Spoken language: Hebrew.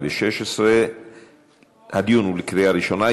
התשע"ו 2016. הדיון הוא לקראת קריאה ראשונה.